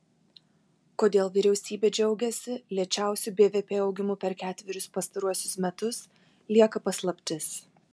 kodėl vyriausybė džiaugiasi lėčiausiu bvp augimu per ketverius pastaruosius metus lieka paslaptis